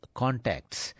contacts